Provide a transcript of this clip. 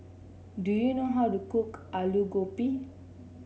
do you know how to cook Aloo Gobi